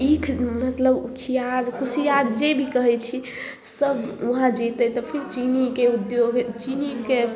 ईख मतलब उखियार कुशियार जे भी कहै छी सब वहाँ जेतै तब फिर चीनी शके उद्योग चीनीके